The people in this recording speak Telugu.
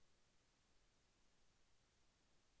రబీ కాలం ఏ నెల నుండి ఏ నెల వరకు ఉంటుంది?